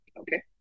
Okay